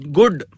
good